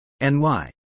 NY